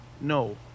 No